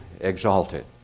exalted